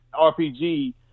RPG